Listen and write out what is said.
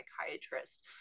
psychiatrist